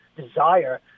desire